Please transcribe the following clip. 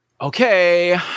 okay